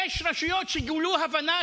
גם, שבע.